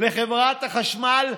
לחברת החשמל,